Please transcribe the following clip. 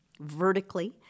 vertically